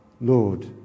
Lord